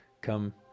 come